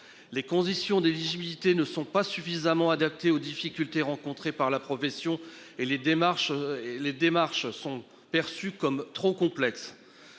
Les conditions d'éligibilité ne sont pas suffisamment adaptée aux difficultés rencontrées par la profession et les démarches et les démarches sont perçus comme trop complexe.